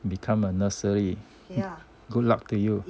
become a nursery hmm good luck to you